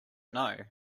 know